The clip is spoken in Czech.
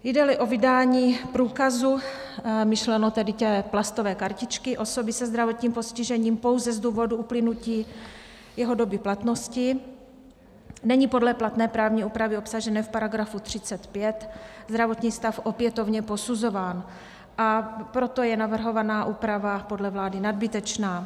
Jdeli o vydání průkazu myšleno tedy té plastové kartičky osoby se zdravotním postižením pouze z důvodu uplynutí jeho doby platnosti, není podle platné právní úpravy obsažené v § 35 zdravotní stav opětovně posuzován, a proto je navrhovaná úprava podle vlády nadbytečná.